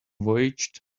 voyaged